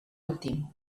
últim